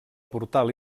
portal